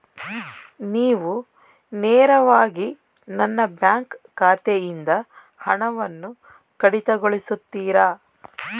ನೀವು ನೇರವಾಗಿ ನನ್ನ ಬ್ಯಾಂಕ್ ಖಾತೆಯಿಂದ ಹಣವನ್ನು ಕಡಿತಗೊಳಿಸುತ್ತೀರಾ?